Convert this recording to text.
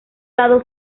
lado